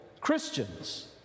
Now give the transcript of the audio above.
Christians